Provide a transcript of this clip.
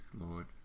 Lord